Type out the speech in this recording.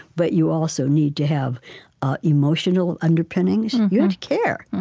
but you also need to have emotional underpinnings. you have to care.